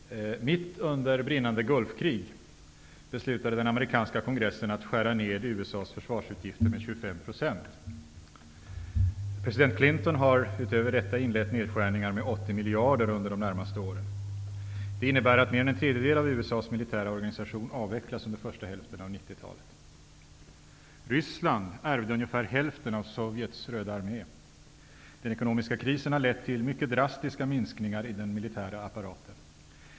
Fru talman! Mitt under brinnande Gulfkrig beslutade den amerikanska kongressen att skära ned USA:s försvarsutgifter med 25 %. President Clinton har utöver detta inlett nedskärningar med 80 miljarder dollar under de närmaste åren. Det innebär att mer än en tredjedel av USA:s militära organisation avvecklas under första hälften av 90 Ryssland ärvde ungefär hälften av Sovjets Röda armén. Den ekonomiska krisen har lett till mycket drastiska minskningar i den militära apparaten.